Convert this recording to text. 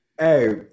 Hey